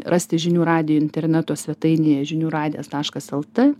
rasti žinių radijo interneto svetainėje žinių radijas taškas lt